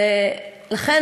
ולכן,